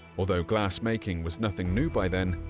although glass-making was nothing new by then,